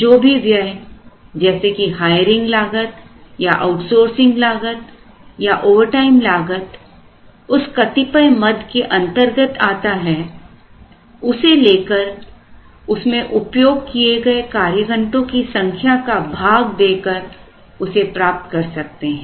जो भी व्यय जैसे कि हायरिंग लागत या आउटसोर्सिंग लागत या ओवरटाइम लागत उस कतिपय मद के अंतर्गत आता है उसे लेकर उसमें उपयोग किए गए कार्यघंटों की संख्या का भाग देकर उसे प्राप्त कर सकते हैं